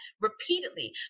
repeatedly